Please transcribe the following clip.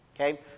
Okay